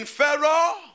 Pharaoh